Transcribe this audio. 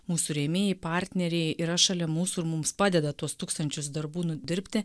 mūsų rėmėjai partneriai yra šalia mūsų ir mums padeda tuos tūkstančius darbų nudirbti